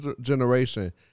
generation